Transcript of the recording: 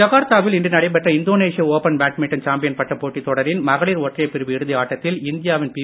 ஜகார்த்தாவில் இன்று நடைபெற்ற Indonesia open badminton champion பட்டப் போட்டித் தொடரின் மகளிர் ஒற்றையர் பிரிவு இறுதி ஆட்டத்தில் இந்தியாவின் பி